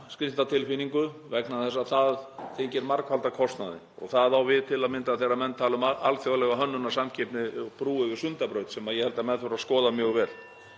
skrýtna tilfinningu vegna þess að það þykir margfalda kostnaðinn og það á til að mynda við þegar menn tala um alþjóðlega hönnunarsamkeppni um brú yfir Sundabraut, sem ég held að menn þurfi að skoða mjög vel.